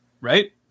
Right